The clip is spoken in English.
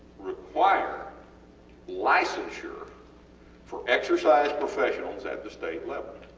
require licensure for exercise professionals at the state level.